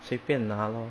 随便拿 lor